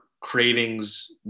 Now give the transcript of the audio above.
cravings